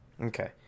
Okay